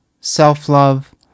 self-love